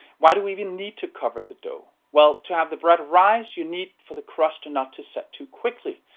why do we even need to cover the dough? well, to have the bread rise, you need for the crust not to set too quickly,